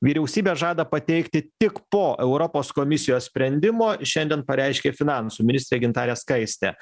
vyriausybė žada pateikti tik po europos komisijos sprendimo šiandien pareiškė finansų ministrė gintarė skaistė